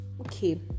okay